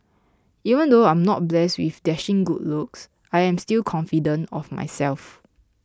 even though I'm not blessed with dashing good looks I am still confident of myself